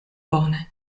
bone